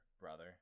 brother –